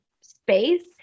space